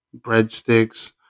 breadsticks